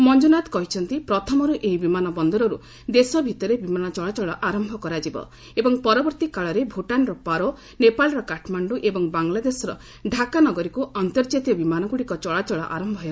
ମଞ୍ଜୁନାଥ କହିଛନ୍ତି ପ୍ରଥମରୁ ଏହି ବିମାନ ବନ୍ଦରରୁ ଦେଶ ଭିତରେ ବିମାନ ଚଳାଚଳ ଆରମ୍ଭ କରାଯିବ ଏବଂ ପରବର୍ତ୍ତୀ କାଳରେ ଭୁଟାନ୍ର ପାରୋ ନେପାଳର କାଠମାଣ୍ଡୁ ଏବଂ ବାଂଲାଦେଶର ଡାକା ନଗରୀକୁ ଅନ୍ତର୍ଜାତୀୟ ବିମାନଗୁଡ଼ିକ ଚଳାଚଳ ଆରମ୍ଭ ହେବ